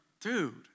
dude